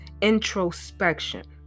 introspection